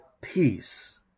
peace